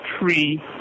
three